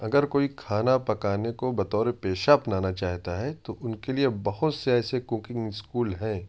اگر کوئی کھانا پکانے کو بطور پیشہ اپنانا چاہتا ہے تو ان کے لیے بہت سے ایسے کوکنگ اسکول ہیں